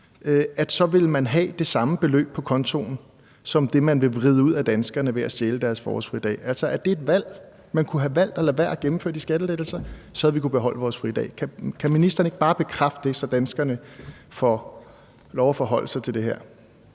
så ville man have det samme beløb på kontoen som det, man vil vride ud af danskerne ved at stjæle deres forårsfridag, altså at det er et valg? Man kunne have valgt at lade være med at gennemføre de skattelettelser, så havde vi kunnet beholde vores fridag. Kan ministeren ikke bare bekræfte det, så danskerne får lov at forholde sig til det her?